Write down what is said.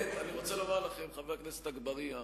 חבר הכנסת אגבאריה,